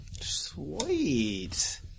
Sweet